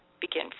begin